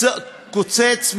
קוצץ,